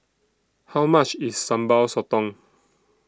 How much IS Sambal Sotong